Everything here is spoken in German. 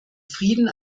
frieden